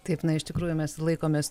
taip na iš tikrųjų mes laikomės